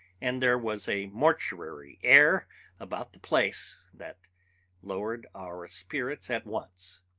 and there was a mortuary air about the place that lowered our spirits at once.